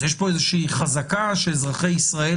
אז יש פה איזו חזקה שאזרחי ישראל,